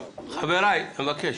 חבריי, אני מבקש.